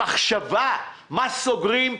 מחשבה מה סוגרים.